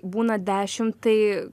būna dešim tai